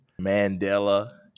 Mandela